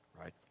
Right